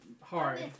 hard